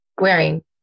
wearing